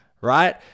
right